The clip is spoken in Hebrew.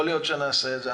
יכול להיות שנעשה את זה.